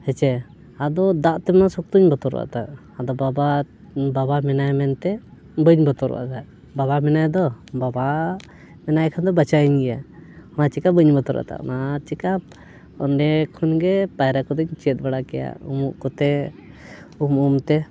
ᱦᱮᱸ ᱥᱮ ᱟᱫᱚ ᱫᱟᱜ ᱛᱮᱢᱟ ᱥᱚᱠᱛᱚᱧ ᱵᱚᱛᱚᱨᱟᱜᱼᱟ ᱫᱟᱜ ᱟᱫᱚ ᱵᱟᱵᱟ ᱵᱟᱵᱟ ᱢᱮᱱᱟᱭ ᱢᱮᱱᱛᱮ ᱵᱟᱹᱧ ᱵᱚᱛᱚᱨᱟᱜᱼᱟ ᱫᱟᱜ ᱵᱟᱵᱟ ᱢᱮᱱᱟᱭ ᱫᱚ ᱵᱟᱵᱟ ᱢᱮᱱᱟᱭ ᱠᱷᱟᱱ ᱫᱚ ᱵᱟᱧᱪᱟᱣᱤᱧ ᱜᱮᱭᱟᱭ ᱚᱱᱟ ᱪᱤᱠᱟᱹ ᱵᱟᱹᱧ ᱵᱚᱛᱚᱨᱟᱫᱟ ᱚᱱᱟ ᱪᱤᱠᱟᱹ ᱚᱸᱰᱮ ᱠᱷᱚᱱᱜᱮ ᱯᱟᱭᱨᱟ ᱠᱚᱫᱚᱧ ᱪᱮᱫ ᱵᱟᱲᱟ ᱠᱮᱫᱟ ᱩᱢᱩᱜ ᱠᱚᱛᱮ ᱩᱢ ᱩᱢᱛᱮ